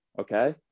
okay